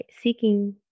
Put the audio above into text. seeking